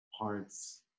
parts